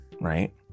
right